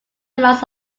marks